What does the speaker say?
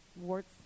warts